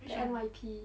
at N_Y_P